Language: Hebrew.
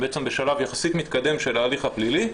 בעצם בשלב יחסית מתקדם של ההליך הפלילי,